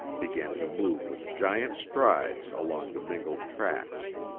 began to move with giant strides along the mingled tracks.